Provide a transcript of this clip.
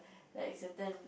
like certain